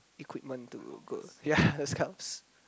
equipment to go yea those cups